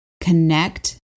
connect